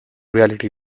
reality